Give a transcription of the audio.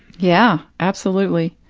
yeah. absolutely.